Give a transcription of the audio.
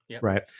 Right